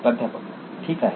प्राध्यापक ठीक आहे